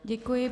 Děkuji.